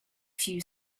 few